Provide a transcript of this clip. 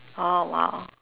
oh !wow!